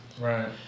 Right